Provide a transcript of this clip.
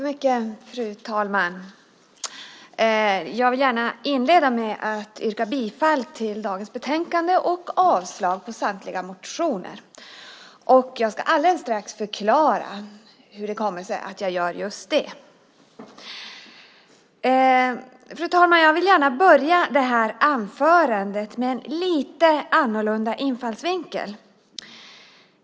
Fru talman! Jag vill inleda med att yrka bifall till förslaget i betänkandet och avslag på samtliga reservationer, och jag ska alldeles strax förklara hur det kommer sig att jag gör det. Jag vill gärna börja det här inlägget med en lite annorlunda infallsvinkel.